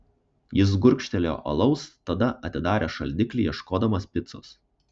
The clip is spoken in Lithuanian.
jis gurkštelėjo alaus tada atidarė šaldiklį ieškodamas picos